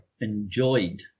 enjoyed